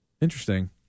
Interesting